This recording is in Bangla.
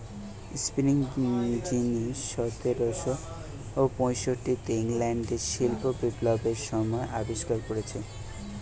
স্পিনিং যিনি সতেরশ পয়ষট্টিতে ইংল্যান্ডে শিল্প বিপ্লবের সময় আবিষ্কার কোরেছে